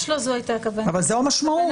--- בוודאי.